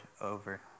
over